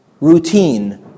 routine